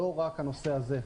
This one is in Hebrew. לא רק הנושא הזה.